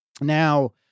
now